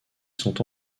sont